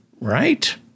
right